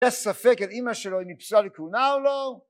לספק את אמא שלו אם הוא נפסל לכהונה או לא